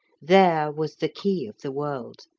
there was the key of the world.